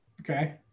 Okay